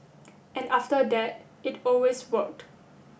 and after that it always worked